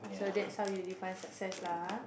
so that's how you define success lah [huh]